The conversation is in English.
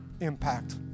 impact